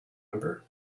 number